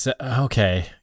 Okay